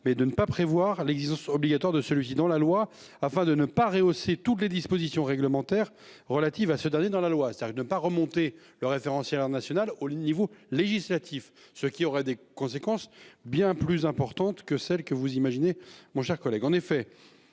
mais de ne pas prévoir l'existence obligatoire de celui-ci dans la loi afin de ne pas rehaussé toutes les dispositions réglementaires relatives à ce dernier dans la loi, c'est-à-dire ne pas remonter le référentiel national au niveau législatif, ce qui aurait des conséquences bien plus importante que celle que vous imaginez mon cher collègue,